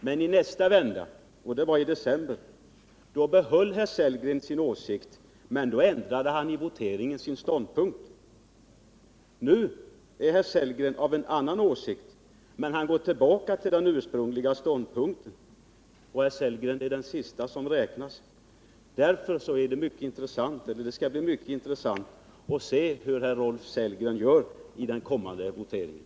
Men i nästa vända, det var i december, behöll herr Sellgren sin åsikt men ändrade i voteringen sin ståndpunkt. Nu har herr Sellgren en annan åsikt, medan han går tillbaka till den ursprungliga ståndpunkten. Rolf Sellgren, det är den sist anmälda ståndpunkten som räknas. Därför skall det bli mycket intressant att se hur herr Rolf Sellgren gör i den kommande voteringen.